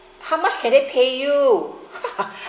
how much can they pay you